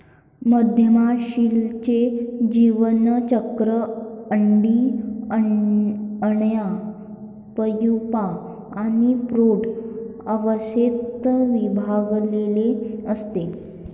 मधमाशीचे जीवनचक्र अंडी, अळ्या, प्यूपा आणि प्रौढ अवस्थेत विभागलेले असते